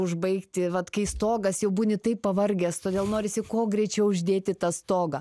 užbaigti vat kai stogas jau būni taip pavargęs todėl norisi kuo greičiau uždėti tą stogą